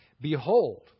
Behold